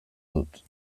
dut